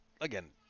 again